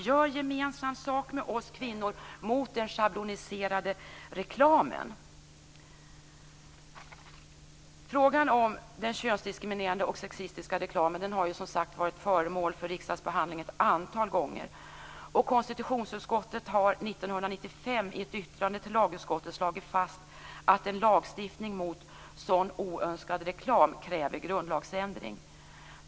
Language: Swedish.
Gör gemensam sak med oss kvinnor mot den schabloniserade reklamen. Frågan om den könsdiskriminerande och sexistiska reklamen har som sagt varit föremål för riksdagsbehandling ett antal gånger. Konstitutionsutskottet har 1995 i ett yttrande till lagutskottet slagit fast att en lagstiftning mot sådan oönskad reklam kräver grundlagsändring.